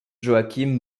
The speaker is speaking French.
joachim